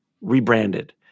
rebranded